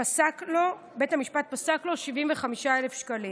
ובית המשפט פסק לו 75,000 שקלים.